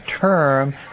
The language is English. term